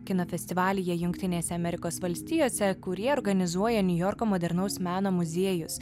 kino festivalyje jungtinėse amerikos valstijose kurie organizuoja niujorko modernaus meno muziejus